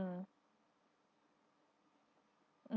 mm